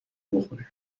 بخوری